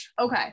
Okay